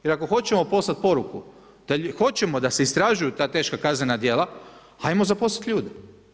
Jer ako hoćemo poslat poruku da hoćemo da se istražuju ta teška kaznena djela, hajmo zaposlit ljude.